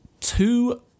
two